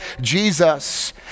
Jesus